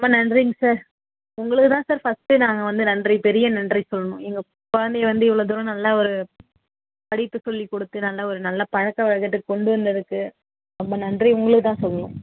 ரொம்ப நன்றிங்க சார் உங்களுக்கு தான் சார் ஃபஸ்ட்டு நாங்கள் வந்து நன்றி பெரிய நன்றி சொல்லணும் எங்கள் குழந்தைய வந்து இவ்வளோ தூரம் நல்ல ஒரு படிப்பு சொல்லிக் கொடுத்து நல்ல ஒரு நல்ல பழக்கவழக்கத்துக்கு கொண்டு வந்ததுக்கு ரொம்ப நன்றி உங்களுக்கு தான் சொல்லணும்